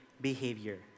behavior